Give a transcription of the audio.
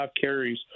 carries